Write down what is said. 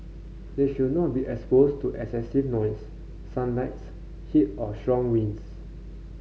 they should not be exposed to excessive noise sunlight heat or strong winds